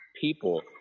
people